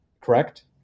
correct